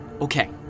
Okay